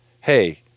hey